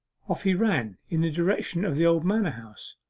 off he ran in the direction of the old manor-house.